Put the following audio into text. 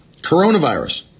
Coronavirus